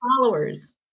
followers